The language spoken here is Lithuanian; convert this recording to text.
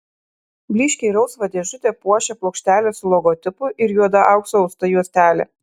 blyškiai rausvą dėžutę puošią plokštelė su logotipu ir juoda auksu atausta juostelė